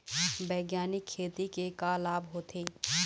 बैग्यानिक खेती के का लाभ होथे?